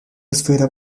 esfera